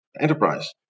enterprise